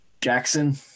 Jackson